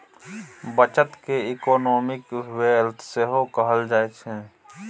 बचत केँ economic wealth सेहो कहल जाइ छै